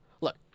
Look